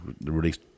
released